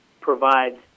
provides